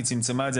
היא צמצמה את זה,